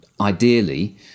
ideally